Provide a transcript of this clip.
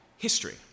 History